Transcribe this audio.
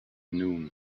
noon